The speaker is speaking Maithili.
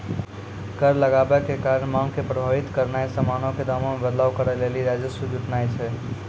कर लगाबै के कारण मांग के प्रभावित करनाय समानो के दामो मे बदलाव करै लेली राजस्व जुटानाय छै